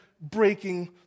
breaking